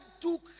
took